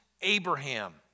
Abraham